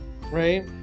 right